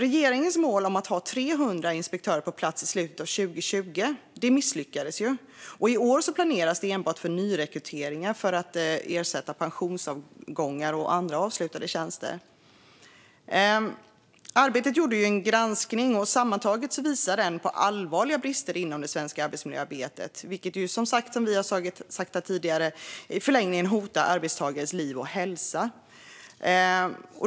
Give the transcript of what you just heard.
Regeringens mål om att ha 300 inspektörer på plats i slutet av 2020 misslyckades. Och i år planeras enbart för nyrekryteringar för att ersätta pensionsavgångar och andra avslutade tjänster. Arbetet gjorde en granskning. Den visar sammantaget på allvarliga problem och brister inom det svenska arbetsmiljöarbetet. Som vi har sagt tidigare hotar det i förlängningen arbetstagares liv och hälsa.